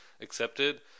accepted